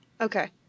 Okay